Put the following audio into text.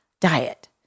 diet